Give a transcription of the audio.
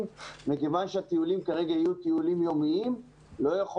כיוון שהטיולים כרגע יהיו טיולים יומיים ולא יכול